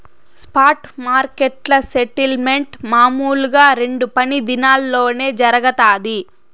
spot మార్కెట్ల settlement మామూలుగా రెండు పని దినాల్లోనే జరగతాది